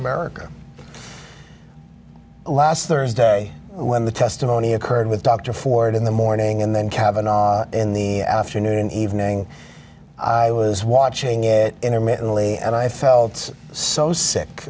america last thursday when the testimony occurred with dr ford in the morning and then kavanagh in the afternoon evening i was watching him intermittently and i felt so sick